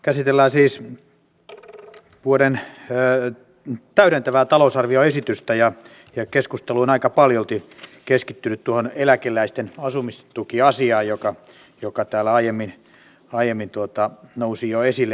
käsitellään siis täydentävää talousarvioesitystä ja keskustelu on aika paljolti keskittynyt tuohon eläkeläisten asumistukiasiaan joka täällä aiemmin nousi jo esille edellisessä käsittelyssä